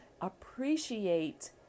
Appreciate